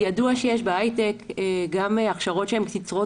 ידוע שיש בהייטק גם הכשרות שהן קצרות